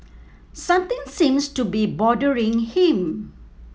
something seems to be bothering him